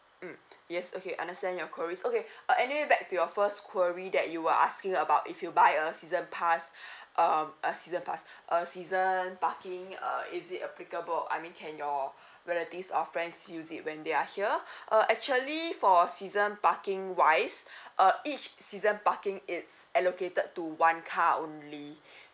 mm yes okay understand your queries okay but anyway back to your first query that you were asking about if you buy a season pass um uh season pass uh season parking uh is it applicable I mean can your relatives or friends use it when they are here uh actually for season parking wise uh each season parking it's allocated to one car only